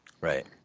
Right